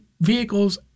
vehicles